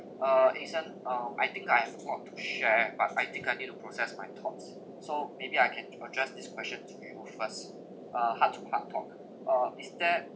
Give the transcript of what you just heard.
uh eason uh I think I have a lot to share but I think I need to process my thoughts so maybe I can address this question to you first uh heart to heart talk uh is there